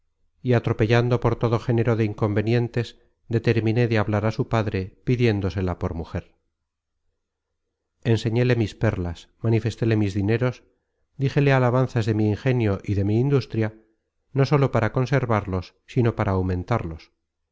y atropellando por todo género de inconvenientes determiné de hablar á su padre pidiéndosela por mujer enseñéle mis perlas manifestéle mis dineros díjele alabanzas de mi ingenio y de mi industria no sólo para conservarlos sino para aumentarlos